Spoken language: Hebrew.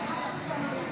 לתקן את הפרוטוקול,